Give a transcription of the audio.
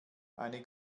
eine